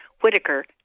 whitaker